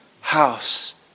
house